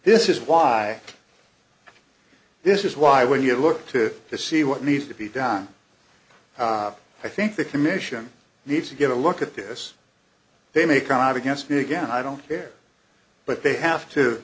this is why this is why when you look to see what needs to be done i think the commission needs to get a look at this they may come out against me again i don't care but they have to